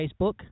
Facebook